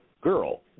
girl